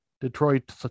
Detroit